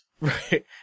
Right